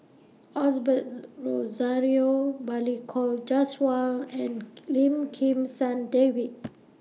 Osbert Rozario Balli Kaur Jaswal and Lim Kim San David